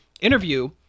interview